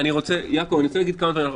אני רוצה להגיד כמה דברים,